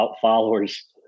followers